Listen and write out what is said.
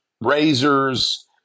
razors